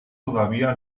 todavía